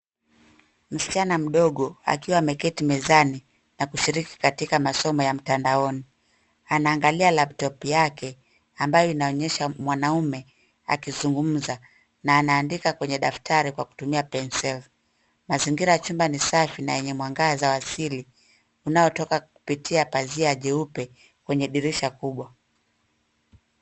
Msichana mdogo akiwa ameketi mezani na kushiriki katika masomo ya mtandaoni. Anaangalia laptop yake ambayo inaonyesha mwanaume akizungumza na anaandika kwenye daftari kwa kutumia penseli. Mazingira ya chumba ni safi na yenye mwangaza asili unaotoka kupitia pazia jeupe kwenye dirisha kubwa.